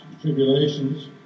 tribulations